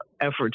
efforts